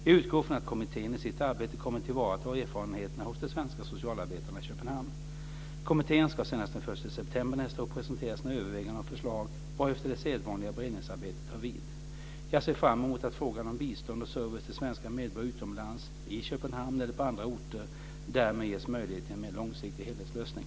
Jag utgår ifrån att kommittén i sitt arbete kommer att tillvarata erfarenheterna hos de svenska socialarbetarna i Köpenhamn. Kommittén ska senast den 1 september nästa år presentera sina överväganden och förslag, varefter det sedvanliga beredningsarbetet tar vid. Jag ser fram emot att frågan om bistånd och service till svenska medborgare utomlands - i Köpenhamn eller på andra orter - därmed ges möjlighet till en mer långsiktig helhetslösning.